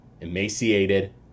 emaciated